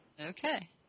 Okay